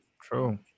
true